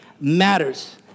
matters